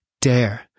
Dare